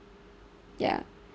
ya